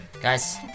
Guys